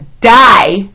die